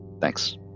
Thanks